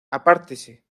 apártese